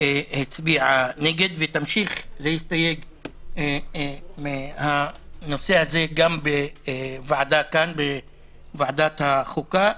הצביעה נגד ותמשיך להסתייג מן הנושא הזה גם כאן בוועדת החוקה.